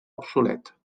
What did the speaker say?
obsolet